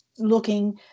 looking